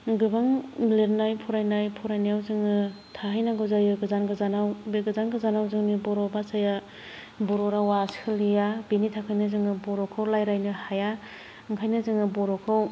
गोबां लेरनाय फरायनाय फरायनायाव जोंङो थाहैनांगौ जायो गोजान गोजानाव बे गोजान गोजानाव जोंनि बर' भासाया बर' रावा सोलिया बेनि थाखायनो जोंङो बर'खौ रायलायनो हाया ओंखायनो जोंङो बर'खौ